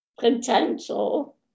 potential